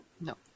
No